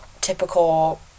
typical